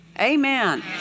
Amen